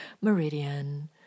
meridian